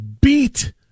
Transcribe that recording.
beat